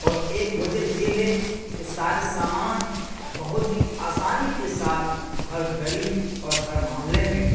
اور ایک وجہ یہ ہے کہ سارے سامان بہت ہی آٓسانی کے ساتھ ہر گلی اور ہر محلے میں